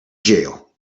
jail